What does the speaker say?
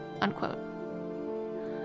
unquote